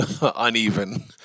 uneven